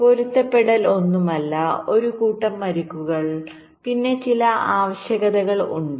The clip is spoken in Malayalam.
പൊരുത്തപ്പെടുത്തൽ ഒന്നുമല്ല ഒരു കൂട്ടം അരികുകൾ പിന്നെ ചില ആവശ്യകതകൾ ഉണ്ട്